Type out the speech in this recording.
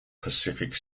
pacific